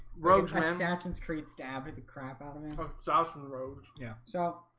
roe dressen's dressen's treat stab at the crap out i mean of thousand roads, yeah so